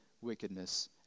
wickedness